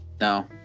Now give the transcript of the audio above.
No